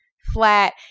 flat